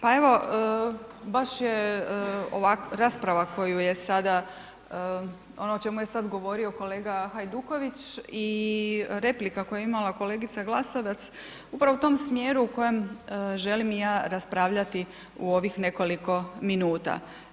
Pa evo baš je rasprava koju je sada, ono o čemu je sad govorio kolega Hajduković i replika koju je imala kolegica Glasovac upravo u tom smjeru u kojem želim i ja raspravljati u ovih nekoliko minuta.